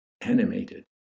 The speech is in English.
Animated